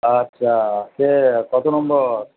আচ্ছা কে কত নম্বর